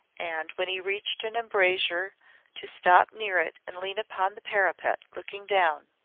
and when he reached an embrasure to stop near it and lean upon the parapet looking down.